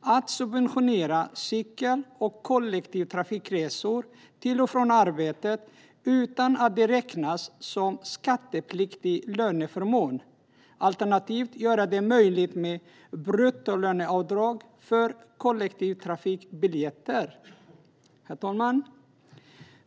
att subventionera cykel och kollektivtrafikresor till och från arbetet utan att det räknas som skattepliktig löneförmån, alternativt göra det möjligt med bruttolöneavdrag för kollektivtrafikbiljetter. Herr talman!